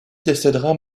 décédera